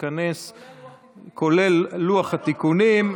כולל לוח התיקונים,